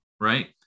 right